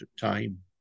time